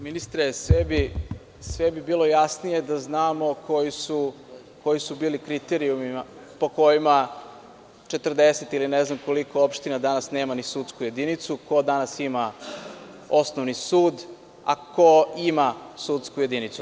Ministre, sve bi bilo jasnije da znamo koji su bili kriterijumi po kojima 40 ili ne znam koliko opština danas nema ni sudsku jedinicu, ko danas ima osnovni sud, a ko ima sudsku jedinicu.